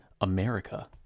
America